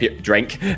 drink